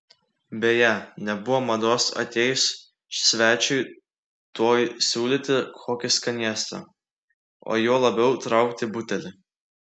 beje nebuvo mados atėjus svečiui tuoj siūlyti kokį skanėstą o juo labiau traukti butelį